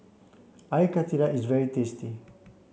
I Karthira is very tasty